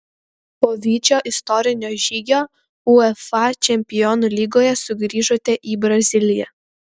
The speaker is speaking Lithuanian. po vyčio istorinio žygio uefa čempionų lygoje sugrįžote į braziliją